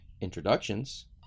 introductions